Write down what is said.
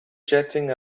jetting